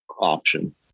option